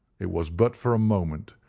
it was but for a moment,